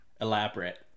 Elaborate